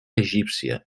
egípcia